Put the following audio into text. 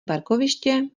parkoviště